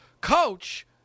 coach